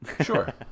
Sure